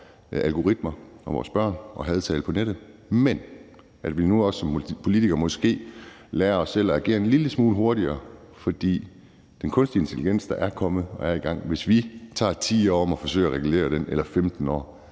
og vores børn og hadtale på nettet, men at vi nu også som politikere måske lærer os selv at agere en lille smule hurtigere. For den kunstige intelligens er kommet og er i gang, og hvis vi bruger 10 eller 15 år på at forsøge at regulere den, kan vi